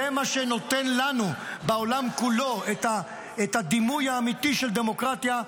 זה מה שנותן לנו בעולם כולו את הדימוי האמיתי של דמוקרטיה,